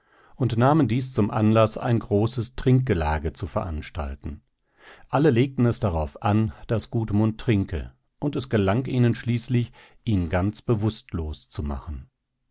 und nahmen dies zum anlaß ein großes trinkgelage zu veranstalten alle legten es darauf an daß gudmund trinke und es gelang ihnen schließlich ihn ganz bewußtlos zu machen